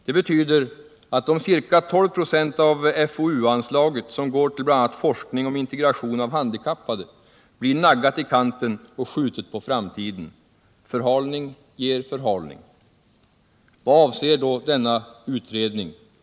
Det betyder att de ca 12 96 av FoU-anslaget, som bl.a. går till forskning om integration av handikappade, blir naggat i kanten och skjutet på framtiden. Förhalning ger förhalning. Vad avser då denna utredning?